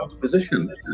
position